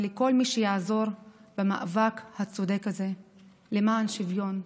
ולכל מי שיעזור במאבק הצודק הזה למען שוויון,